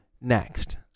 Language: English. next